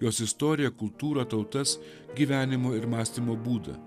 jos istoriją kultūrą tautas gyvenimo ir mąstymo būdą